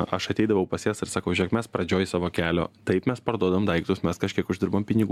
aš ateidavau pas jas ir sakau žiūrėk mes pradžioj savo kelio taip mes parduodam daiktus mes kažkiek uždirbam pinigų